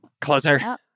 closer